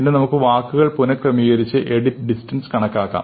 പിന്നെ നമുക്ക് വാക്കുകൾ പുനക്രമീകരിച്ച് എഡിറ്റ് ഡിസ്റ്റൻസ് കണക്കാക്കാം